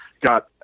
got